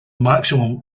maximum